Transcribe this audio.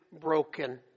broken